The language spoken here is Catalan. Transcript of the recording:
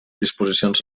disposicions